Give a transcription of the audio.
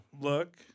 Look